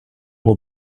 will